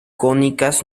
cónicas